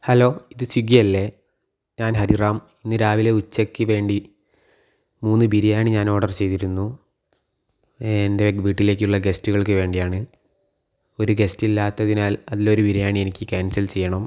hello ഇതു സ്വിഗ്ഗി അല്ലെ ഞാൻ ഹരിറാം ഇന്ന് രാവിലെ ഉച്ചയ്ക്ക് വേണ്ടി മൂന്ന് ബിരിയാണി ഞാൻ ഓർഡർ ചെയ്തിരുന്നു എൻ്റെ വീട്ടിലേക്ക് ഉള്ള ഗസ്റ്റുകൾക്ക് വേണ്ടിയാണ് ഒരു ഗസ്റ്റ് ഇല്ലാത്തതിനാൽ അതിൽ ഒരു ബിരിയാണി എനിക്ക് ക്യാൻസൽ ചെയ്യണം